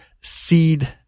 seed